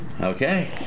Okay